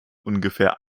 ungefähr